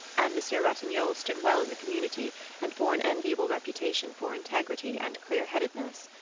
and monsieur ratignolle stood well in the community and bore an enviable reputation for integrity and clearheadedness.